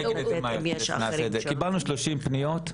קיבלנו 30 פניות,